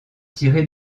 tirés